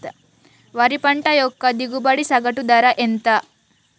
వరి పంట యొక్క దిగుబడి సగటు ధర ఎంత?